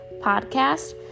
podcast